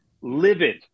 livid